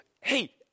Hey